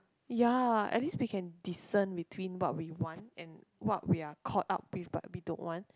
ya at least we can discern between what we want and what we are caught up with but we don't want